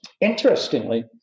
Interestingly